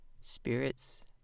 Spirits